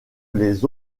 les